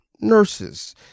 nurses